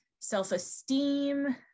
self-esteem